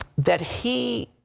that he